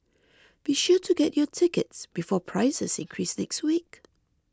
be sure to get your tickets before prices increase next week